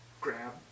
grab